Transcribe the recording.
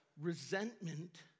resentment